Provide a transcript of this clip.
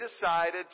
decided